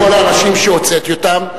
כל האנשים שהוצאתי אותם,